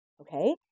Okay